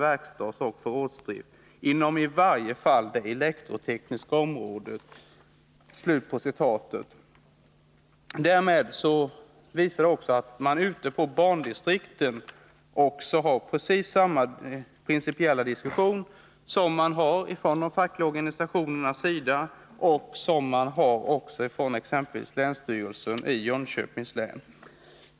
verkstadsoch förrådsdrift) inom i varje fall det elektrotekniska området.” Därmed visas också att man ute på bandistrikten för precis samma principiella diskussion som de fackliga organisationerna för, och även exempelvis länsstyrelsen i Jönköpings län.